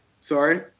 sorry